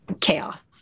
chaos